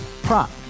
prop